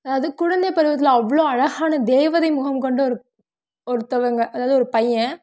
அதாவது குழந்தை பருவத்தில் அவ்வளோ அழகான தேவதை முகம் கொண்ட ஒரு ஒருத்தங்க அதாவது ஒரு பையன்